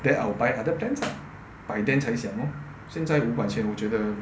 then I will buy other plans ah by then 才想 lor 现在五百千我觉得